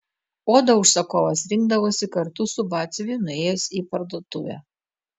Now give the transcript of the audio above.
odą užsakovas rinkdavosi kartu su batsiuviu nuėjęs į parduotuvę